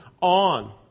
on